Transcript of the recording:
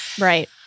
Right